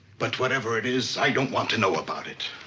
but whatever it is, i don't want to know about it.